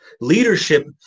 Leadership